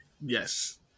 Yes